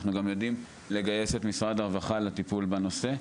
אנחנו גם יודעים לגייס את משרד הרווחה לטיפול בנושא.